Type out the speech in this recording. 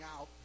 out